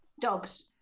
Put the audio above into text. Dogs